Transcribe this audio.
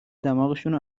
دماغشونو